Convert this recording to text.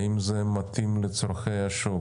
האם זה מתאים לצורכי השוק.